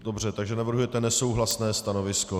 Dobře, takže navrhujete nesouhlasné stanovisko.